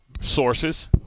Sources